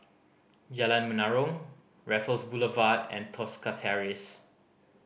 Jalan Menarong Raffles Boulevard and Tosca Terrace